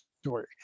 story